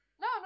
No